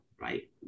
Right